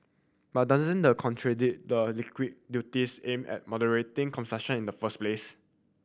but doesn't the contradict the liquor duties aimed at moderating consumption in the first place